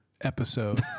episode